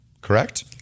correct